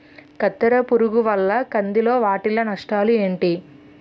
కత్తెర పురుగు వల్ల కంది లో వాటిల్ల నష్టాలు ఏంటి